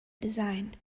design